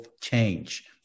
change